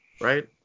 right